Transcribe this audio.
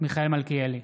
מיכאל מלכיאלי,